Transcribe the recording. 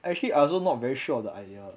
actually I also not very sure of the idea